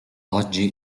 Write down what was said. oggi